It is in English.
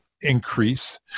increase